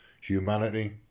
humanity